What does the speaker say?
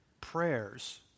Prayers